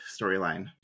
storyline